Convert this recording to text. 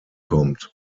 kommt